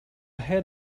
had